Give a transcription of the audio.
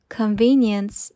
convenience